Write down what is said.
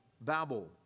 Babel